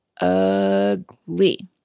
ugly